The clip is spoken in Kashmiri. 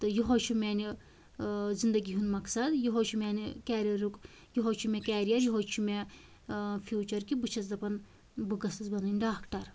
تہٕ یِہوے چھُ میانہِ زِندگی ہُند مَقصد یِہوے چھُ میانہِ کیریَرُک یِہوے چھُ مےٚ کیریَر یِہوے چھُ مےٚ فیوٗچر کہِ بہٕ چھَس دَپان بہٕ گٔژٕس بَنٕنۍ ڈاکٹر